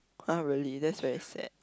[huh] really that's very sad